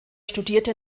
studierte